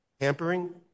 hampering